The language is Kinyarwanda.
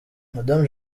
madame